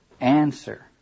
answer